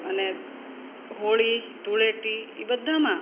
અને હોળી ધૂલેટી એ બધામાં